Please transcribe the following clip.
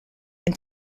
and